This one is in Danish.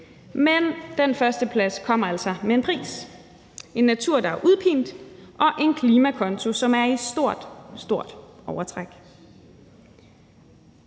Men den førsteplads kommer altså med en pris, nemlig med en natur, der er af udpint, og en klimakonto, der har et stort, stort overtræk.